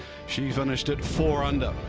she finished it four under.